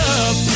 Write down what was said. up